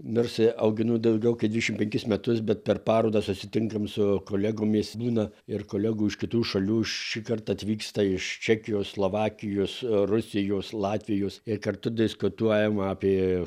nors auginu daugiau kaip dvidešimt penkis metus bet per parodas susitinkame su kolegomis būna ir kolegų iš kitų šalių šįkart atvyksta iš čekijos slovakijos rusijos latvijos ir kartu diskutuojama apie